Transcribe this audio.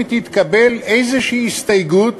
ואם תתקבל איזושהי הסתייגות,